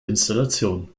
installation